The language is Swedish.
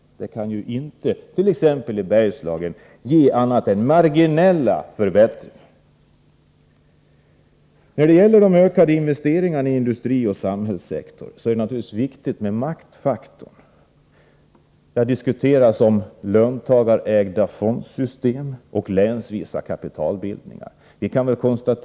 Det kant.ex. i Bergslagen inte ge mer än marginella förbättringar. Nä det gäller de ökade investeringarna i industrin och samhällssektorn är naturligtvis maktfaktorn viktig. Det har diskuterats om löntagarägda fondsystem och länsvisa kapitalbildningar.